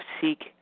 seek